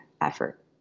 effort